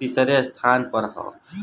तीसरे स्थान पर हौ